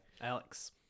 Alex